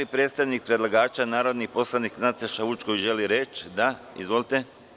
Da li predstavnik predlagača, narodni poslanik Nataša Vučković, želi reč? (Da) Izvolite.